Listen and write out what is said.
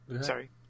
Sorry